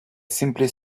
simply